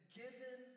given